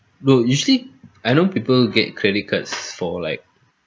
no usually I know people get credit cards for like